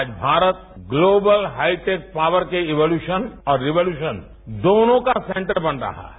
आज Bharat global hitech power के evolution और रिवोल्यूशन दोनों का सेंटर बन रहा है